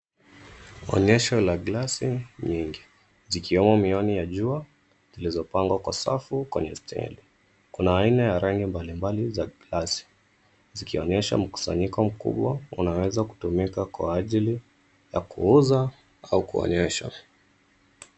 Onyesho la glasi nyingi. Zikiwemo miwani ya jua zilzopangwa kwa safu kwenye stendi. Kuna aina ya rangi mbalimbali za glasi zikionyesha mkusanyiko mkubwa unaweza kutumika kwa ajili ya kuuza au kuonyesha.